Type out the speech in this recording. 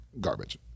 garbage